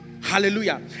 Hallelujah